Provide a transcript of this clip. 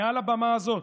מעל הבמה הזאת,